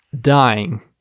dying